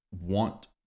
want